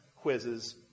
quizzes